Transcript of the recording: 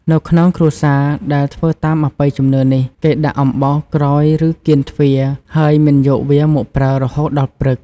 នៅក្នុងគ្រួសារដែលធ្វើតាមអបិយជំនឿនេះ គេដាក់អំបោសក្រោយ ឬ កៀនទ្វារ ហើយមិនយកវាមកប្រើរហូតដល់ព្រឹក។